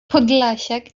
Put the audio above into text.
podlasiak